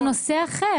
זה נושא אחר.